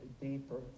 deeper